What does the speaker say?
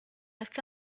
resté